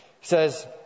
says